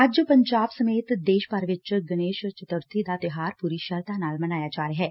ਅੱਜ ਪੰਜਾਬ ਸਮੇਤ ਦੇਸ਼ ਭਰ ਚ ਗਣੇਸ਼ ਚਤੁਰਥੀ ਦਾ ਤਿਉਹਾਰ ਪੂਰੀ ਸ਼ਰਧਾ ਨਾਲ ਮਨਾਇਆ ਜਾ ਰਿਹੈ